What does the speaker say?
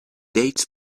dates